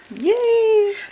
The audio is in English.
Yay